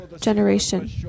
generation